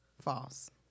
False